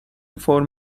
فرم